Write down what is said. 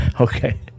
Okay